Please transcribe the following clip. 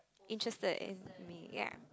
interested in me ya